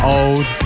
old